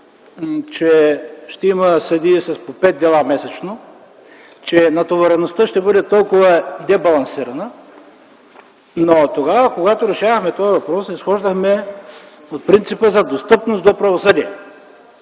че ще има съдии с по пет дела месечно, че натовареността ще бъде толкова дебалансирана, но тогава когато решавахме този въпрос, изхождахме от принципа за достъпност до правосъдие.